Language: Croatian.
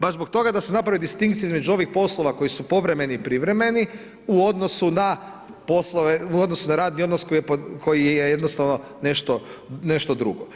Baš zbog toga da se napravi distinkcija između ovih poslova koji su povremeni i privremeni u odnosu na poslove, u odnosu na radni odnos koji je jednostavno nešto drugo.